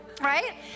right